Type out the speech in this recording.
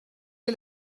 est